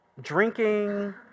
drinking